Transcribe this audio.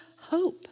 hope